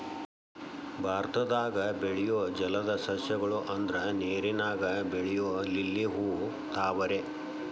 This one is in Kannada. ಭಾರತದಾಗ ಬೆಳಿಯು ಜಲದ ಸಸ್ಯ ಗಳು ಅಂದ್ರ ನೇರಿನಾಗ ಬೆಳಿಯು ಲಿಲ್ಲಿ ಹೂ, ತಾವರೆ